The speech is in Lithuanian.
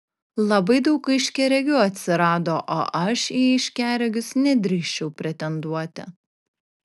labai daug aiškiaregių atsirado o aš į aiškiaregius nedrįsčiau pretenduoti